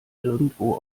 irgendwo